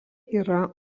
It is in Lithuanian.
yra